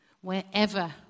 wherever